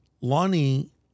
Lonnie